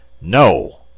No